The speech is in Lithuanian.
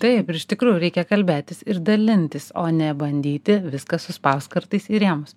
ir taip ir iš tikrųjų reikia kalbėtis ir dalintis o ne bandyti viską suspaust kartais į rėmus